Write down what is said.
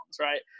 right